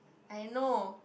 I know